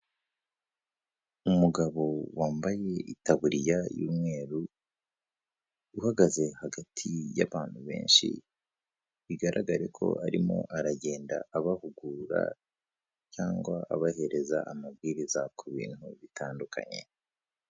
Umugabo wambaye itaburiya y'umweru, uhagaze hagati y'abantu benshi, bigaragare ko arimo aragenda abahugura cyangwa abahereza amabwiriza ku bintu bitandukanye.